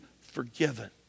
forgiven